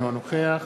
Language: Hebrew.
אינו נוכח